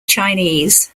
chinese